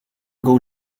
going